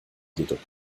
jedoch